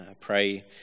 pray